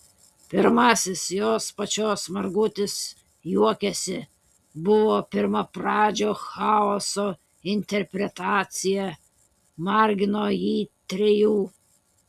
pirmasis jos pačios margutis juokiasi buvo pirmapradžio chaoso interpretacija margino jį trejų